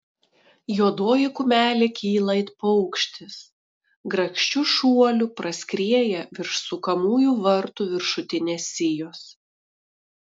juodoji kumelė kyla it paukštis grakščiu šuoliu praskrieja virš sukamųjų vartų viršutinės sijos